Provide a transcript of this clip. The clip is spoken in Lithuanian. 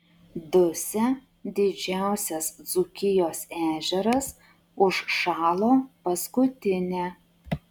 dusia didžiausias dzūkijos ežeras užšalo paskutinė